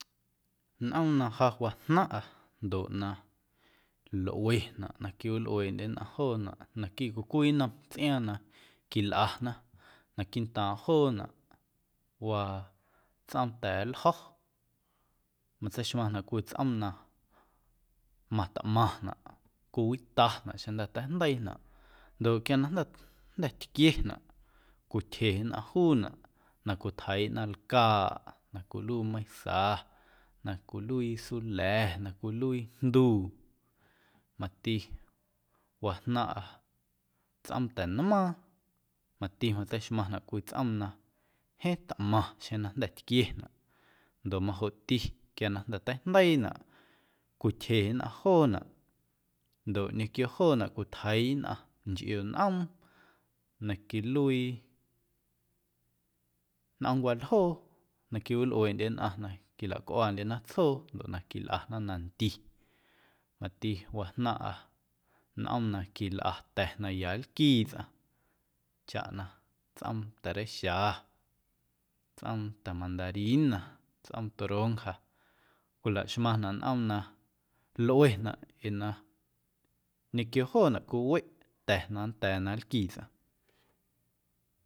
Nꞌoom na ja wajnaⁿꞌa ndoꞌ na lꞌuenaꞌ na quiwilꞌueeꞌndye nnꞌaⁿ joonaꞌ naquiiꞌ cwii cwii nnom tsꞌiaaⁿ na quilꞌana naquiiꞌntaaⁿ joonaꞌ waa tsꞌoom ta̱a̱ljo̱ matseixmaⁿnaꞌ cwii tsꞌoom na matꞌmaⁿnaꞌ cowitanaꞌ xeⁿjnda̱ teijndeiinaꞌ ndoꞌ quia na jnda̱ jnda̱ tquienaꞌ cwityje nnꞌaⁿ juunaꞌ na cwitjeiiꞌna lcaaꞌ na cwiluii meisa, na cwiluii sula̱, na cwiluii jnduu. Mati wajnaⁿꞌa tsꞌoom ta̱nmaaⁿ mati matseixmaⁿnaꞌ cwii tsꞌoom na jeeⁿ tꞌmaⁿ xjeⁿ na jnda̱ tquienaꞌ ndoꞌ majoꞌti quia na jnda̱ teijndeiinaꞌ cwityje nnꞌaⁿ joonaꞌ ndoꞌ ñequioo joonaꞌ cwitjeiiꞌ nnꞌaⁿ nchꞌio nꞌoom na quiluii nꞌoomwaaljoo na quiwilꞌueeꞌndye na quilacꞌuaandyena tsjoo ndoꞌ na quilꞌana nandi mati wajnaⁿꞌa nꞌoom na quilꞌa ta̱ na ya nlquii tsꞌaⁿ chaꞌ na tsꞌoom ta̱reixa, tsꞌoom ta̱ mandarina, tsꞌoom toronja cwilaxmaⁿnaꞌ nꞌoom na lꞌuenaꞌ ee na ñequio joonaꞌ cwiweꞌ ta̱ na nnda̱a̱ na nlquii tsꞌaⁿ.